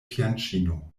fianĉino